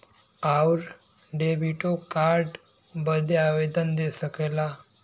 आउर डेबिटो कार्ड बदे आवेदन दे सकला